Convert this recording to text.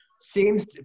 seems